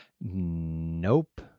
nope